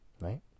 Right